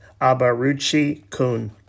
Abaruchi-kun